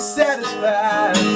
satisfied